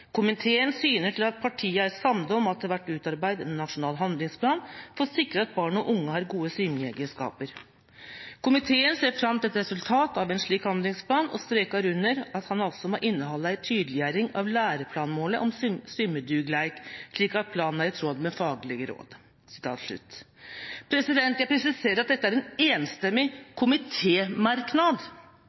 Komiteen ser fram til resultatet av ein slik handlingsplan, og strekar under at han også må innehalde ei tydeleggjering av læreplanmålet om symjedugleik, slik at planen er i tråd med faglege råd.» Jeg presiserer at dette er